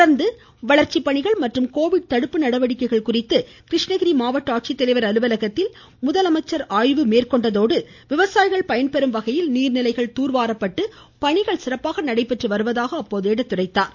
தொடர்ந்து வளர்ச்சிப் பணிகள் மற்றும் கோவிட் தடுப்பு நடவடிக்கைகள் குறித்து கிருஷ்ணகிரி மாவட்ட ஆட்சித்தலைவர் அலுவலகத்தில் முதலமைச்சர் ஆய்வு மேற்கொண்ட முதலமைச்சர் விவசாயிகள் பயன்பெறும் வகையில் நீர்நிலைகள் தூர்வாரப்பட்டு பணிகள் சிறப்பாக நடைபெற்று வருவதாக எடுத்துரைத்தார்